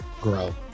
grow